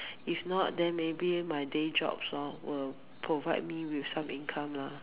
if not then maybe my day jobs loh will provide me with some income lah